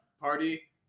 party